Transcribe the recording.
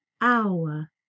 hour